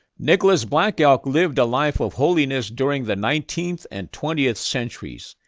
nicholas black elk lived a life of holiness during the nineteenth and twentieth centuries.